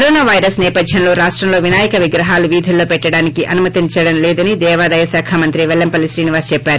corona virus సేపధ్యంలో రాష్టంలో వినాయక విగ్రహాలు వీధుల్లో పెట్లడానికి అనుమతించడం లేదని దేవాదాయ శాఖ మంత్రి పెల్లంపల్లి శ్రీనివాస్ చెప్పారు